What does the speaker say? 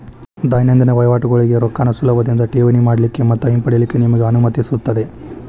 ದೈನಂದಿನ ವಹಿವಾಟಗೋಳಿಗೆ ರೊಕ್ಕಾನ ಸುಲಭದಿಂದಾ ಠೇವಣಿ ಮಾಡಲಿಕ್ಕೆ ಮತ್ತ ಹಿಂಪಡಿಲಿಕ್ಕೆ ನಿಮಗೆ ಅನುಮತಿಸುತ್ತದೆ